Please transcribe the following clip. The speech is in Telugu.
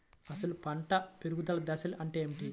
అసలు పంట పెరుగుదల దశ అంటే ఏమిటి?